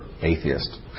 atheist